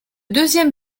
deuxième